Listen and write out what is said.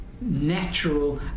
natural